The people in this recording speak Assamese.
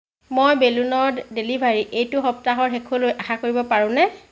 মই বেলুনৰ ডেলিভাৰী এইটো সপ্তাহৰ শেষলৈ আশা কৰিব পাৰোঁনে